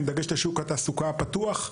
עם דגש לשוק התעסוקה הפתוח,